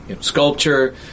sculpture